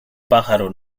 pájaro